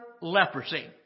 leprosy